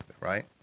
right